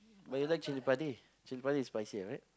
but you like chilli-padi chilli-padi is spicier right